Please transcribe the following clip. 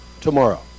tomorrow